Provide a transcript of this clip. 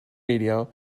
media